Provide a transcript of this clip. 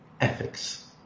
ethics